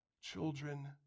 Children